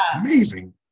amazing